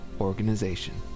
organization